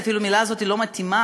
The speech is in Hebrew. אפילו המילה הזאת לא מתאימה,